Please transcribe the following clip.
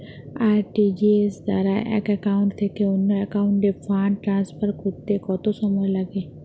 RTGS দ্বারা এক account থেকে অন্য একাউন্টে ফান্ড ট্রান্সফার করতে কত সময় লাগে?